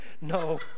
No